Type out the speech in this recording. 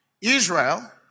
Israel